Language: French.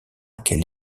qu’elle